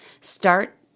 Start